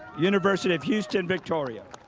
university of houston, victoria.